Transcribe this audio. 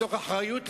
מתוך אחריות לאומית,